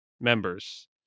members